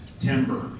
timber